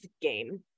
game